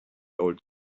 old